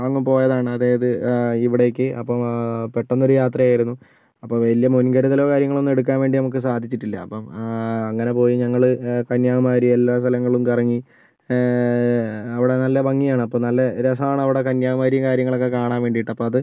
അങ്ങ് പോയതാണ് അതായത് ഇവിടേയ്ക്ക് അപ്പോൾ പെട്ടെന്നൊരു യാത്രയായിരുന്നു അപ്പോൾ വലിയ മുൻകരുതലോ കാര്യങ്ങളോ ഒന്നും എടുക്കാൻ വേണ്ടി നമുക്ക് സാധിച്ചിട്ടില്ല അപ്പം അങ്ങനെ പോയി ഞങ്ങള് കന്യാകുമാരി എല്ലാ സ്ഥലങ്ങളും കറങ്ങി അവിടെ നല്ല ഭംഗിയാണ് അപ്പം നല്ല രസമാണ് അവിടെ കന്യാകുമാരി കാര്യങ്ങളൊക്കെ കാണാൻ വേണ്ടിയിട്ട് അപ്പം അത്